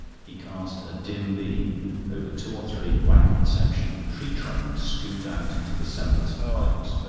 he cast a dim beam over two or three blackened sections of tree trunk, scooped out into the semblance of pipes,